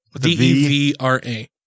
D-E-V-R-A